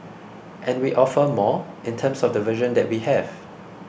and we offer more in terms of the version that we have